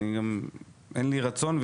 גם אין לי רצון,